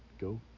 go